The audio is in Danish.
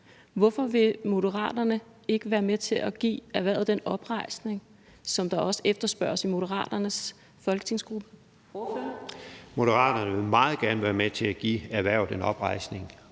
Hvorfor vil Moderaterne ikke være med til at give erhvervet den oprejsning, som der også efterspørges i Moderaternes folketingsgruppe? Kl. 15:22 Fjerde næstformand (Karina Adsbøl): Ordføreren.